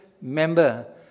member